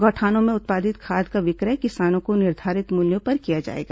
गौठानों में उत्पादित खाद का विक्रय किसानों को निर्धारित मूल्यों पर किया जाएगा